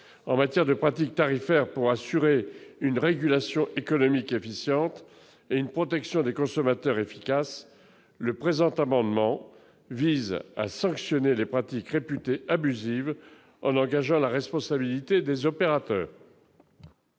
en matière de pratiques tarifaires pour assurer une régulation économique efficiente et une protection des consommateurs efficace, le présent amendement vise à sanctionner les pratiques réputées abusives en engageant la responsabilité des opérateurs.